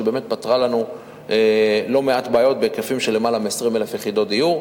שפתרה לנו לא מעט בעיות בהיקפים של למעלה מ-20,000 יחידות דיור.